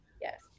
yes